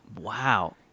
Wow